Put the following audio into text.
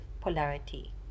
polarity